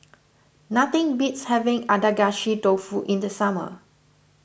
nothing beats having Adagashi Dofu in the summer